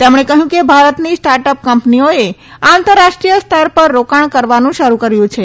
તેમણે કહ્યું કે ભારતની સ્ટાર્ટ અપ કંપનીઓએ આંતરરાષ્ટ્રીય સ્તર પર રોકાણ કરવાનું શરૂ કર્યું છે